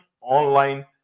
online